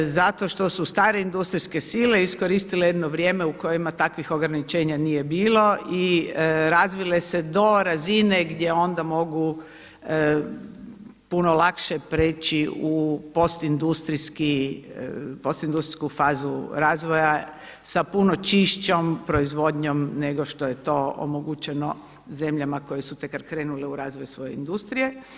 Zato što su stare industrijske sile iskoristile jedno vrijeme u kojima takvih ograničenja nije bilo i razvile se do razine gdje onda mogu puno lakše priječi u post industrijsku fazu razvoja sa puno čišćom proizvodnjom nego što je to omogućeno zemljama koje su tek krenule u razvoj svoje industrije.